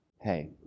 Hey